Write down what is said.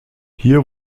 hier